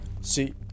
See